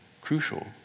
crucial